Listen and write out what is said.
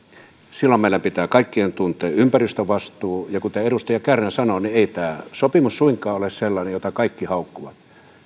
silloin meidän pitää kaikkien tuntea ympäristövastuu ja kuten edustaja kärnä sanoi niin ei tämä sopimus suinkaan ole sellainen jota kaikki haukkuvat siellä